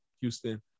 Houston